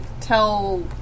tell